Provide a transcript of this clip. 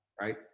Right